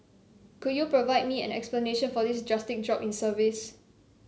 could you provide me an explanation for this drastic drop in service